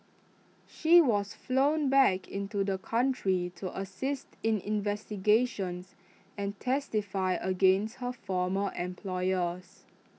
she was flown back into the country to assist in investigations and testify against her former employers